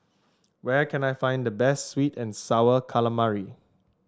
where can I find the best sweet and sour calamari